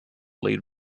lead